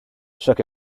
shook